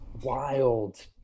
wild